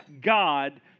God